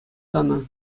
тӑнӑ